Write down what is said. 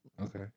Okay